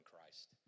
Christ